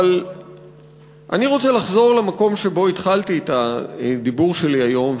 אבל אני רוצה לחזור למקום שבו התחלתי את הדיבור שלי היום,